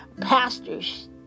pastors